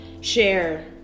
share